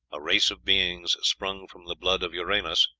a race of beings sprung from the blood of uranos,